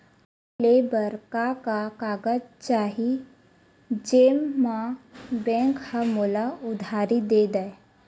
घर ले बर का का कागज चाही जेम मा बैंक हा मोला उधारी दे दय?